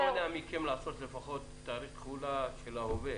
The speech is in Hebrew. מה מונע מכם לעשות תאריך תחולה בהווה,